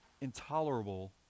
intolerable